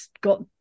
got